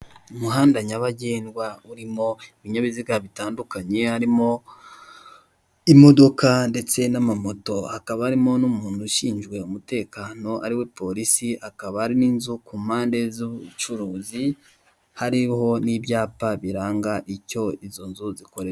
Umuhanda nyabagendwa urimo ibinyabiziga bitandukanye, harimo imodoka ndetse n'amamoto. Hakaba harimo n'umuntu ushinzwe umutekano ari we polisi. Hakaba hari n'inzu ku mpande z'ubucuruzi, hariho n'ibyapa biranga icyo izo nzu zikorerwamo.